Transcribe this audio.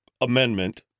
amendment